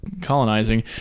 colonizing